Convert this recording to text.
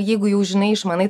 jeigu jau žinai išmanai